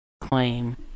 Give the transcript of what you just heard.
claim